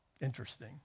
interesting